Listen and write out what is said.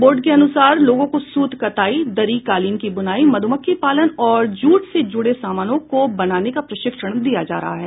board के अनुसार लोगों को सूत कताई दरी कालीन की बुनाई मधुमक्खी पालन और जूट से जुड़े सामानों को बनाने का प्रशिक्षण दिया जा रहा है